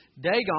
Dagon